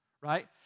right